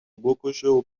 بکشه